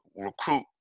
recruit